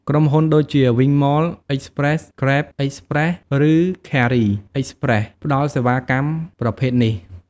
ក្រុមហ៊ុនដូចជា វីងម៉ល អិចប្រេស, ហ្គ្រេប អិចប្រេស, ឬឃែរី អិចប្រេស ផ្តល់សេវាកម្មប្រភេទនេះ។